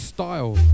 Style